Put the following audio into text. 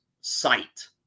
sight